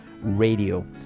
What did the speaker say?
radio